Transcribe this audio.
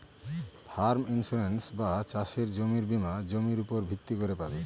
farm insurance বা চাসের জমির বীমা জমির উপর ভিত্তি করে পাবে